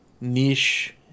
niche